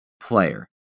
player